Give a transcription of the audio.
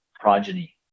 progeny